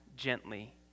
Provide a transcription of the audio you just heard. Gently